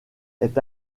est